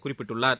குறிப்பிட்டுள்ளார்